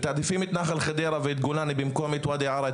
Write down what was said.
אז מתעדפים את נחל חדרה ואת גולני במקום את ואדי ערה,